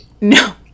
No